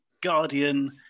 Guardian